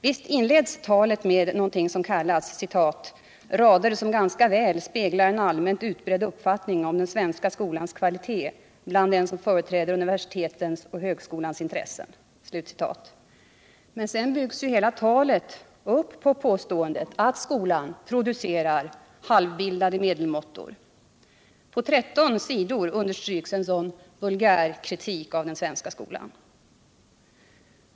Visst inleds talet med något som kallas ”rader som ganska väl speglar en allmänt utbredd uppfattning om den svenska skolans kvalitet — bland dem som företräder universitetens och högskolans intressen”. Men sedan byggs hela talet upp på påståendet att skolan ”producerar halvbildade medelmåttor”. På 13 sidor understryks en sådan vulgärkritik av den svenska skolan.